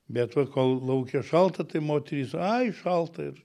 bet va kol lauke šalta tai moterys ai šalta ir